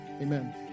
Amen